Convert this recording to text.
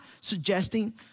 suggesting